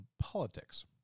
politics